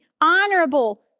honorable